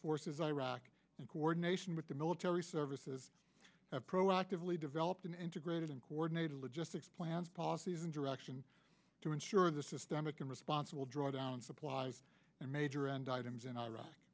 forces iraq in coordination with the military services proactively developed an integrated and coordinated logistics plans policies and direction to ensure the systemic and responsible drawdown supplies and major and items in iraq